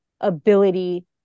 ability